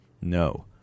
no